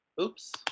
Oops